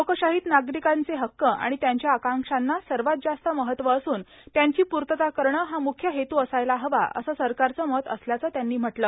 लोकशाहीत नागरिकांचे हक्क आणि त्यांच्या आकांक्षांना सर्वात जास्त महत्त्व असून त्यांची पूर्तता करणं हा मुख्य हेतू असायला हवा असं सरकारचं मत असल्याचं त्यांनी म्हटलं